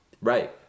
Right